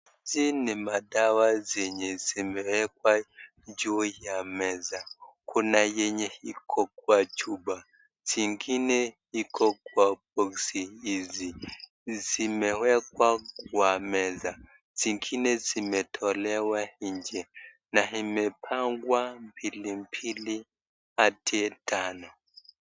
Hizi ni madawa zenye zimewekwa juu ya meza, kuna yenye iko kwa chupa ingine iko kwa boksi hii, zimewekwa kwa meza zingine zimetolewa njee na imepangwa mbili mbili hadi tano.